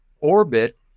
orbit